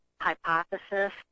hypothesis